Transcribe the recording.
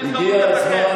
הגיע הזמן,